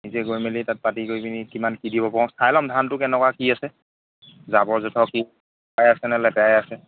নিজে গৈ মেলি তাত পাতি কৰি পিনি কিমান কি দিব পাৰোঁ চাই ল'ম ধানটো কেনেকুৱা কি আছে জাবৰ জোঁথৰ কি চাফাই আছেনে লেতেৰাই আছে